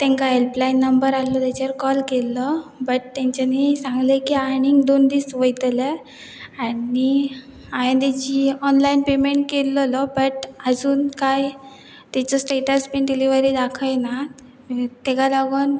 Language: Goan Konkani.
तांकां हेल्पलायन नंबर आसलो तेजर कॉल केल्लो बट तेंच्यांनी सांगलें की आनीक दोन दीस वयतले आनी हांवें तेजी ऑनलायन पेमेंट केल्लो बट आजून कांय ताचो स्टेटस बीन डिलीवरी दाखयनात ताका लागून